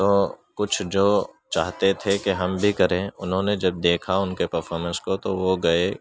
تو کچھ جو چاہتے تھے کہ ہم بھی کریں انہوں نے جب دیکھا ان کے پرفارمنس کو تو وہ گئے